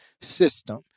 system